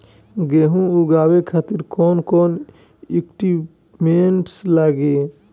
गेहूं उगावे खातिर कौन कौन इक्विप्मेंट्स लागी?